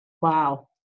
Wow